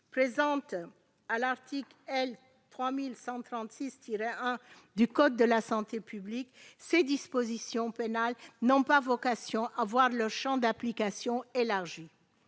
Figurant à l'article L. 3136-1 du code de la santé publique, ces dispositions pénales n'ont pas vocation à voir leur champ d'application élargi.